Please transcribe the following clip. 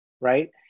right